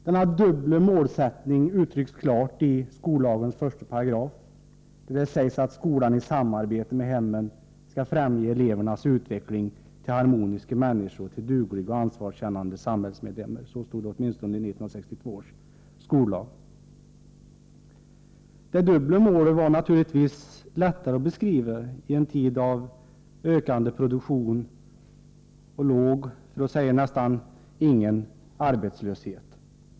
Denna dubbla målsättning uttrycks klart i skollagens första paragraf, där det sägs att skolan i samarbete med hemmen skall främja elevernas utveckling till harmoniska människor och till dugliga och ansvarskännande samhällsmedlemmar. — Så stod det åtminstone i 1962 års skollag. Det dubbla målet var naturligtvis lättare att beskriva i en tid av ökande produktion och låg, för att inte säga nästan ingen, arbetslöshet.